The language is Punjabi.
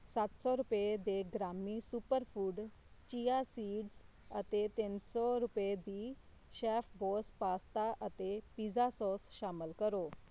ਸੱਤ ਸੌ ਰੁਪਏ ਦੇ ਗ੍ਰਾਮੀ ਸੁਪਰਫੂਡ ਚੀਆ ਸੀਡਜ਼ ਅਤੇ ਤਿੰਨ ਸੌ ਰੁਪਏ ਦੀ ਸ਼ੈਫਬੌਸ ਪਾਸਤਾ ਅਤੇ ਪੀਜ਼ਾ ਸੌਸ ਸ਼ਾਮਿਲ ਕਰੋ